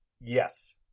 Yes